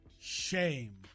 shame